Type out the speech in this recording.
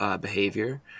behavior